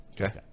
Okay